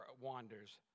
wanders